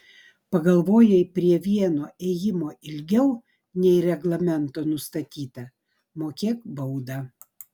pagalvojai prie vieno ėjimo ilgiau nei reglamento nustatyta mokėk baudą